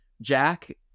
jack